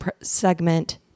segment